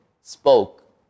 spoke